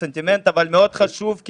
מאוד חשוב,